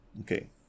Okay